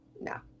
No